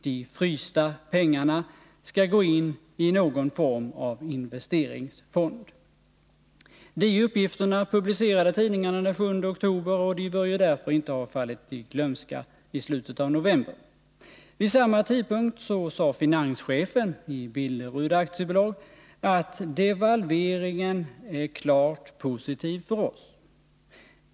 De frysta pengarna ska gå in i någon form av investeringsfond.” De uppgifterna publicerade tidningarna den 7 oktober och de bör ju därför inte ha fallit i glömska i slutet av november. Vid samma tidpunkt sade finanschefen i Billerud AB, att ”devalveringen är klart positiv för oss”.